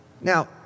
Now